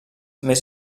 més